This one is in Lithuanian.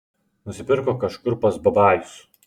nusipirko kažkur pas babajus